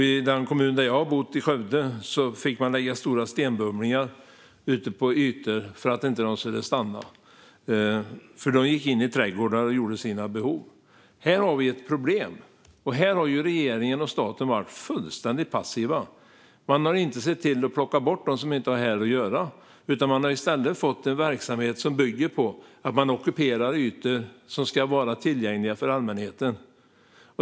I Skövde kommun, där jag har bott, fick man lägga stora stenbumlingar på ytor för att de inte skulle stanna där, för de gick in i trädgårdar och gjorde sina behov. Här har vi ett problem, och här har regeringen och staten varit fullständigt passiva. De har inte sett till att plocka bort dem som inte har här att göra. I stället har vi fått en verksamhet som bygger på att man ockuperar ytor som ska vara tillgängliga för allmänheten.